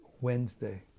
Wednesday